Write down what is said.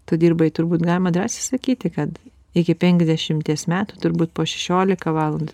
tu dirbai turbūt galima drąsiai sakyti kad iki penkiasdešimties metų turbūt po šešiolika valandų